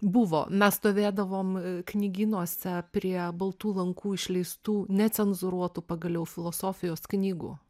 buvo mes stovėdavom knygynuose prie baltų lankų išleistų necenzūruotų pagaliau filosofijos knygų